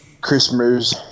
Christmas